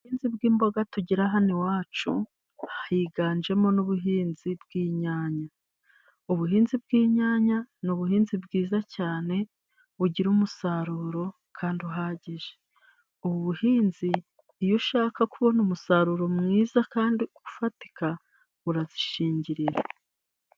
Ubuhinzi bw'imboga tugira hano iwacu, higanjemo n'ubuhinzi bw'inyanya. Ubuhinzi bw'inyanya ni ubuhinzi bwiza cyane bugire umusaruro kandi uhagije. Ubu buhinzi iyo ushaka kubona umusaruro mwiza kandi ufatika urazishingirira.